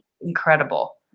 incredible